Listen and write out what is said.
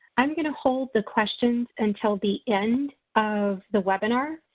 i am going to hold the questions until the end of the webinar.